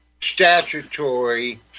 statutory